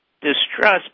distrust